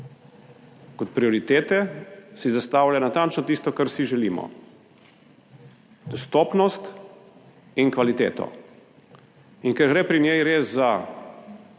Kot prioritete si zastavlja natančno tisto kar si želimo, dostopnost in kvaliteto, in ker gre pri njej res za